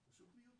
זה פשוט מיותר.